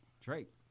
Drake